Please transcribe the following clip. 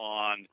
on